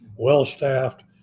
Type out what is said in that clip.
Well-staffed